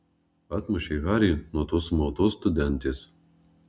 atmušei harį nuo tos sumautos studentės